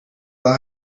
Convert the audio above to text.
war